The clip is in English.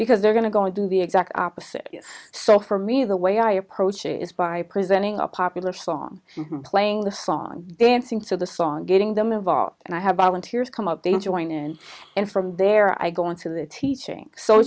because they're going to go and do the exact opposite so for me the way i approach it is by presenting a popular song playing the song dancing to the song getting them involved and i have volunteers come up to enjoin and and from there i go into the teaching so